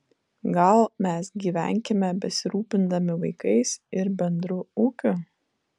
gal mes gyvenkime besirūpindami vaikais ir bendru ūkiu